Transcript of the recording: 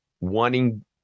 wanting